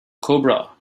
cobra